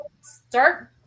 start